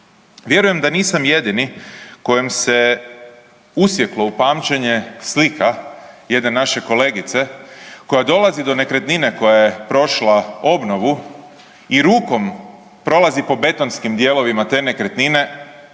Vjerujem da nisam jedini kojim se usjeklo u pamćenje slika jedne naše kolegice koja dolazi do nekretnine koja je prošla obnovu i rukom prolazi po betonskim dijelovima te nekretnine,